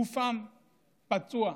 גופם פצוע,